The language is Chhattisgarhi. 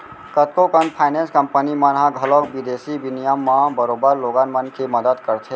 कतको कन फाइनेंस कंपनी मन ह घलौक बिदेसी बिनिमय म बरोबर लोगन मन के मदत करथे